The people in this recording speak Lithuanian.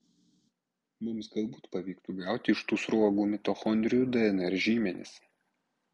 mums galbūt pavyktų gauti iš tų sruogų mitochondrijų dnr žymenis